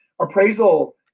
appraisal